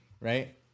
right